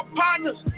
partners